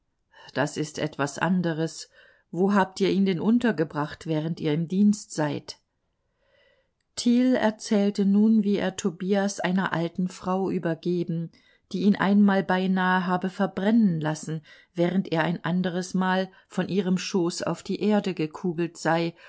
das ist etwas andres wo habt ihr ihn denn untergebracht während ihr im dienst seid thiel erzählte nun wie er tobias einer alten frau übergeben die ihn einmal beinahe habe verbrennen lassen während er ein anderes mal von ihrem schoß auf die erde gekugelt sei